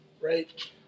right